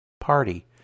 party